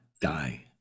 die